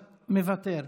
מוותר,